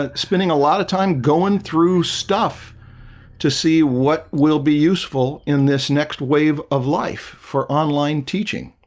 ah spending a lot of time going through stuff to see what will be useful in this next wave of life for online teaching